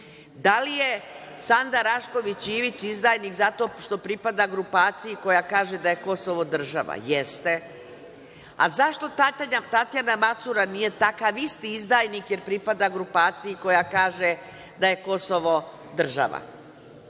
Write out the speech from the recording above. Da li je Sanda Rašković Ivić izdajnik zato što pripada grupaciji koja kaže da je Kosovo država? Jeste. Zašto Tatjana Macura nije takav isti izdajnik, jer pripada grupaciji koja kaže da je Kosovo država? Gde